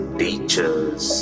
teachers